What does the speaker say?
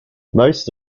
most